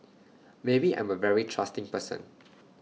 maybe I'm A very trusting person